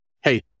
Hey